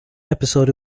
episode